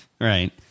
Right